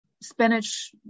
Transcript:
spinach